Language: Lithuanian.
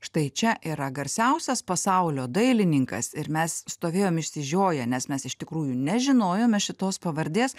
štai čia yra garsiausias pasaulio dailininkas ir mes stovėjom išsižioję nes mes iš tikrųjų nežinojome šitos pavardės